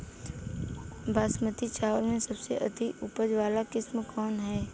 बासमती चावल में सबसे अधिक उपज वाली किस्म कौन है?